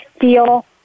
feel